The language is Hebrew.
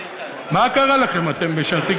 מה קרה לכם, אתם בש"ס?